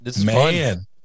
man